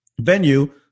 venue